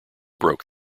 broke